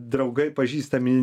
draugai pažįstami